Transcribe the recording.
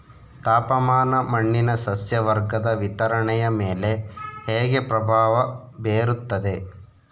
ತಾಪಮಾನ ಮಣ್ಣಿನ ಸಸ್ಯವರ್ಗದ ವಿತರಣೆಯ ಮೇಲೆ ಹೇಗೆ ಪ್ರಭಾವ ಬೇರುತ್ತದೆ?